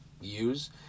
use